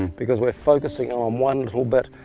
because we're focusing in on one little bit.